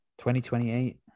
2028